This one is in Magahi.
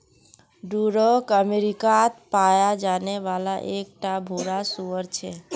डूरोक अमेरिकात पाया जाने वाला एक टा भूरा सूअर छे